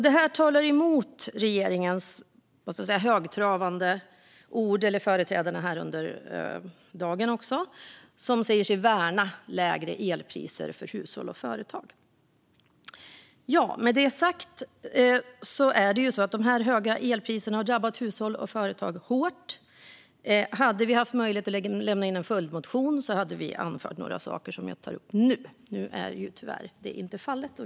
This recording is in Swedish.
Det här talar emot de högtravande orden från regeringen och från dess partiers företrädare under dagens debatt: Man säger sig värna lägre elpriser för hushåll och företag. De höga elpriserna har drabbat hushåll och företag hårt. Hade vi haft möjlighet att lämna in en följdmotion hade vi där anfört några saker som jag tar upp nu, men det är tyvärr inte fallet.